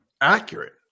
accurate